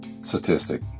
statistic